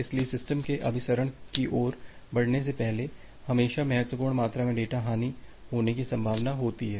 इसलिए सिस्टम के अभिसरण की ओर बढ़ने से पहले हमेशा महत्वपूर्ण मात्रा में डेटा हानि होने की संभावना होती है